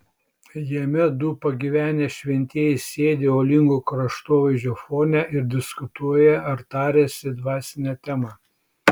jame du pagyvenę šventieji sėdi uolingo kraštovaizdžio fone ir diskutuoja ar tariasi dvasine tema